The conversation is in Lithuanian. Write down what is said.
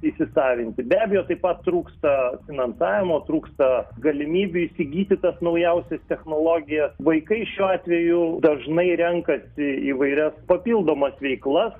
įsisavinti be abejo taip pat trūksta finansavimo trūksta galimybių įsigyti tas naujausias technologijas vaikai šiuo atveju dažnai renkasi įvairias papildomas veiklas